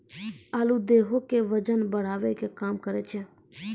आलू देहो के बजन बढ़ावै के काम करै छै